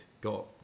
got